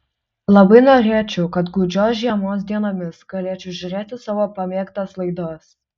labai norėčiau kad gūdžios žiemos dienomis galėčiau žiūrėti savo pamėgtas laidas